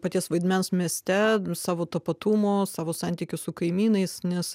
paties vaidmens mieste savo tapatumo savo santykių su kaimynais nes